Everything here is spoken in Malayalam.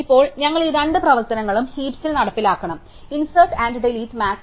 ഇപ്പോൾ ഞങ്ങൾ ഈ രണ്ട് പ്രവർത്തനങ്ങളും ഹീപ്സിൽ നടപ്പിലാക്കണം ഇന്സേര്ട് ആൻഡ് ഡിലീറ്റ് മാക്സ്